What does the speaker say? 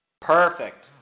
Perfect